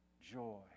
joy